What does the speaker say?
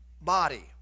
body